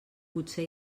potser